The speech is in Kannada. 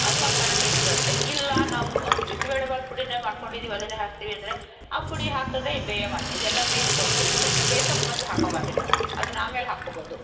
ಅದು ಒಂಥರ ಟೇಸ್ಟ್ ಬರುತ್ತೆ ಇಲ್ಲ ನಾವು ಬಿಸಿಬೇಳೆ ಬಾತ್ ಪುಡಿನೇ ಮಾಡ್ಕೊಂಡಿದ್ದೀವಿ ಅದನ್ನೆ ಹಾಕ್ತೀವಿ ಅಂದರೆ ಆ ಪುಡಿ ಹಾಕಿದರೆ ಈ ಬೇಯೋ ಮಾತು ಇದೆಲ್ಲ ಬೇಯ್ಸ್ಕೊಂಡು ಬೇಯ್ಸೋಕೆ ಮೊದ್ಲು ಹಾಕೋ ಮಾತಿಲ್ಲ ಅದನ್ನ ಆಮೇಲೆ ಹಾಕ್ಕೊಬೋದು